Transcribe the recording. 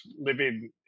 living